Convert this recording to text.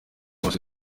bose